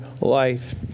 life